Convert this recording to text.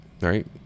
Right